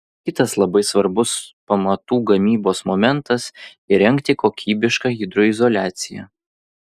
kitas labai svarbus pamatų gamybos momentas įrengti kokybišką hidroizoliaciją